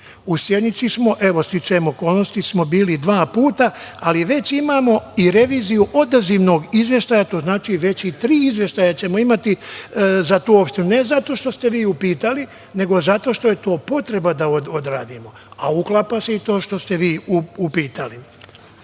U Sjenici smo, evo, sticajem okolnosti smo bili dva puta, ali već imamo i reviziju odazivnog izveštaj, to znači već i tri izveštaja ćemo imati za tu opštinu, ne zato što ste vi upitali, nego zato što je to potreba da odradimo, a uklapa se i to što ste vi upitali. Pitanje